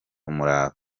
umurava